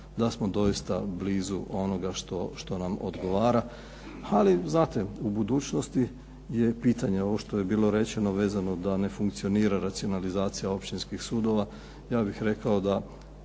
da smo doista blizu onoga što nam odgovora. Ali znate, u budućnosti je pitanje ovo što je bilo rečeno da ne funkcionira racionalizacija općinskih sudova. Ja bih rekao da